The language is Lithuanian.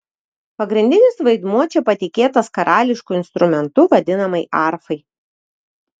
pagrindinis vaidmuo čia patikėtas karališku instrumentu vadinamai arfai